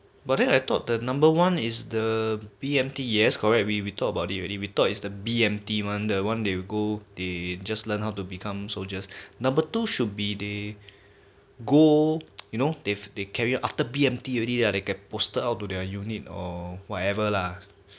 but then I thought the number one is the B_M_T yes correct we talk about it already we thought is the B_M_T one the one they go they just learn how to become soldiers number two should be they go you know they carry after B_M_T already they get posted out to their unit or whatever lah